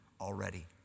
already